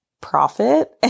profit